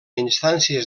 instàncies